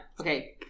Okay